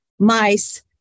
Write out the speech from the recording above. Mice